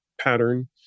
pattern